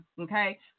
Okay